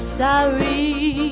sorry